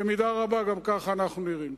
במידה רבה גם כך אנחנו נראים.